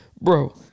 Bro